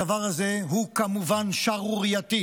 הדבר הזה הוא כמובן שערורייתי.